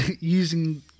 using